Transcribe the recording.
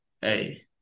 Hey